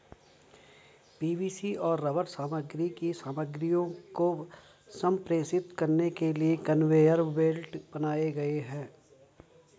PVC और rubber सामग्री की सामग्रियों को संप्रेषित करने के लिए कन्वेयर बेल्ट बनाए गए हैं